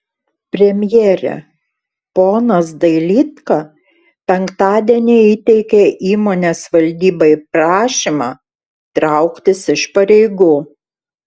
premjere ponas dailydka penktadienį įteikė įmonės valdybai prašymą trauktis iš pareigų